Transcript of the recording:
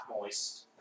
moist